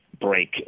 break